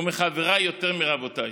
ומחבריי, יותר מרבותיי,